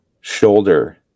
shoulder